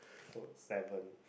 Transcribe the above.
so seven